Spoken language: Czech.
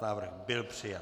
Návrh byl přijat.